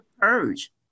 purge